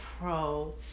pro